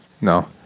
No